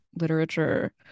literature